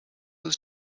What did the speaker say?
his